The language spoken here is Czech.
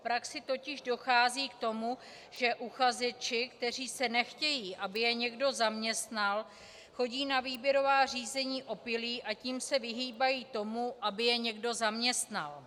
V praxi totiž dochází k tomu, že uchazeči, kteří nechtějí, aby je někdo zaměstnal, chodí na výběrová řízení opilí, a tím se vyhýbají tomu, aby je někdo zaměstnal.